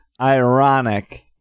ironic